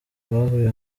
bahuye